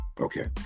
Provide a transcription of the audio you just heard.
Okay